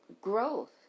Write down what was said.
growth